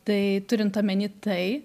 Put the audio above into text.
tai turint omeny tai